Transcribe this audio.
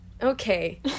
Okay